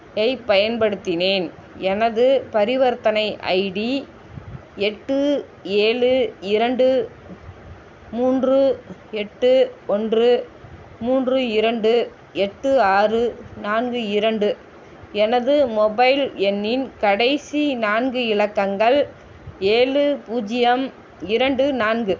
ஐப் பயன்படுத்தினேன் எனது பரிவர்த்தனை ஐடி எட்டு ஏழு இரண்டு மூன்று எட்டு ஒன்று மூன்று இரண்டு எட்டு ஆறு நான்கு இரண்டு எனது மொபைல் எண்ணின் கடைசி நான்கு இலக்கங்கள் ஏழு பூஜ்ஜியம் இரண்டு நான்கு